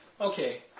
Okay